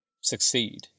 succeed